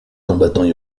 combattants